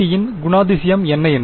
ஐ இன் குணாதிசயம் என்ன என்று